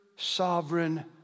Sovereign